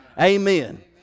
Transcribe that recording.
Amen